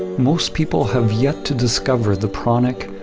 most people have yet to discover the pranic,